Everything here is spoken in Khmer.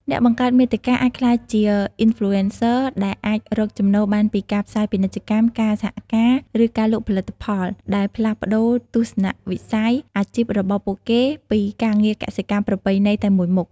អ្នកបង្កើតមាតិកាអាចក្លាយជា អ៊ីនហ្វ្លូអិនសើរ ដែលអាចរកចំណូលបានពីការផ្សាយពាណិជ្ជកម្ម ការសហការ ឬការលក់ផលិតផល ដែលផ្លាស់ប្តូរទស្សនវិស័យអាជីពរបស់ពួកគេពីការងារកសិកម្មប្រពៃណីតែមួយមុខ។